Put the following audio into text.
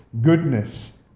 goodness